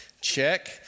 check